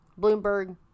Bloomberg